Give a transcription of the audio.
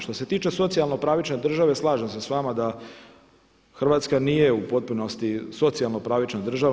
Što se tiče socijalno pravične države slažem se sa vama da Hrvatska nije u potpunosti socijalno pravična država.